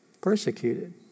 Persecuted